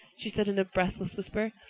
she said, in a breathless whisper,